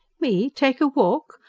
me take a walk?